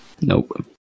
nope